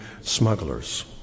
smugglers